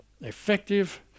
effective